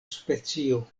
specio